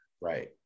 Right